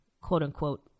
quote-unquote